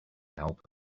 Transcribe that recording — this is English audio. help